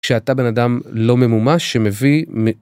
כשאתה בן אדם לא ממומש שמביא מ...